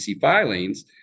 filings